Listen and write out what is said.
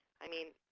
i mean,